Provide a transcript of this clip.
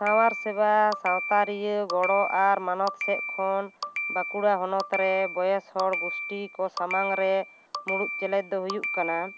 ᱥᱟᱶᱟᱨ ᱥᱮᱵᱟ ᱥᱟᱶᱛᱟᱨᱤᱭᱟᱹ ᱜᱚᱲᱚ ᱟᱨ ᱢᱟᱱᱚᱛ ᱥᱮᱫ ᱠᱷᱚᱱ ᱵᱟᱸᱠᱩᱲᱟ ᱦᱚᱱᱟᱛ ᱨᱮ ᱵᱚᱭᱚᱥ ᱦᱚᱲ ᱜᱳᱥᱴᱤ ᱠᱚ ᱥᱟᱢᱟᱝ ᱨᱮ ᱢᱩᱲᱩᱫ ᱪᱮᱞᱮᱧᱡᱽ ᱫᱚ ᱦᱩᱭᱩᱜ ᱠᱟᱱᱟ